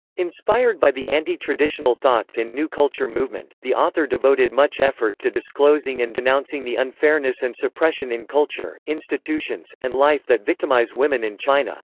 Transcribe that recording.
inspired by the anti-traditional thoughts in new culture movement, the author devoted much effort to disclosing and denouncing the unfairness and suppression in culture, institutions, and life that victimize women in china.